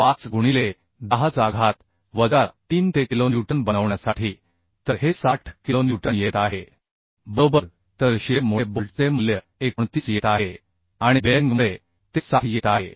25 गुणिले 10 चा घात वजा 3 ते किलोन्यूटन बनवण्यासाठी तर हे 60 किलोन्यूटन येत आहे बरोबर तर शिअर मुळे बोल्टचे मूल्य 29 येत आहे आणि बेअरिंगमुळे ते 60 येत आहे